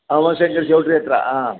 ಉಮಾಶಂಕರ್ ಚೌಲ್ಟ್ರಿ ಹತ್ತಿರ ಆಂ